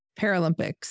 Paralympics